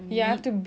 ya